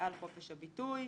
ועל חופש הביטוי,